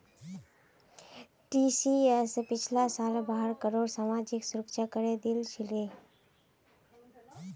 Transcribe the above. TCS पिछला साल बारह करोड़ सामाजिक सुरक्षा करे दिल छिले